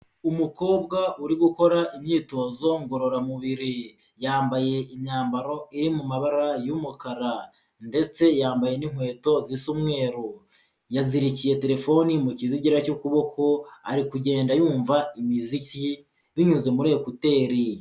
Umukobwa uri gukora imyitozo ngororamubiri, yambaye imyambaro iri mu mabara y'umukara ndetse yambaye n'inkweto zisa umweru, yazirikiye terefone mu kizigira cy'ukuboko, ari kugenda yumva imiziki binyuze muri ekuteri.